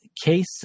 case